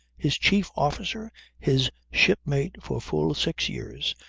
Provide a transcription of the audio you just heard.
his chief officer his shipmate for full six years,